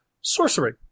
sorcery